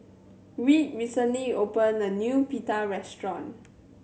Reed recently opened a new Pita restaurant